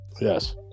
Yes